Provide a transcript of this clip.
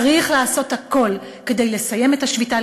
צריך לעשות הכול כדי לסיים את השביתה,